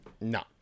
No